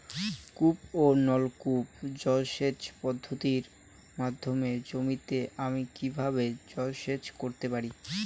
কূপ ও নলকূপ জলসেচ পদ্ধতির মাধ্যমে জমিতে আমি কীভাবে জলসেচ করতে পারি?